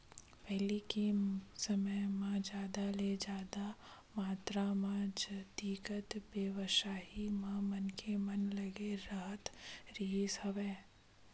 पहिली के समे म जादा ले जादा मातरा म जातिगत बेवसाय म मनखे मन लगे राहत रिहिस हवय